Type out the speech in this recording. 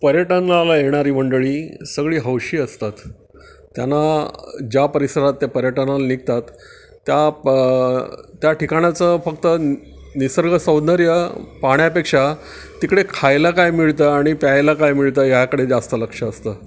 पर्यटनाला येणारी मंडळी सगळी हौशी असतात त्यांना ज्या परिसरात त्या पर्यटनाला निघतात त्या प त्या ठिकाणाचं फक्त निसर्ग सौंदर्य पाण्यापेक्षा तिकडे खायला काय मिळतं आणि प्यायला काय मिळतं ह्याकडे जास्त लक्ष असतं